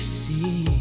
see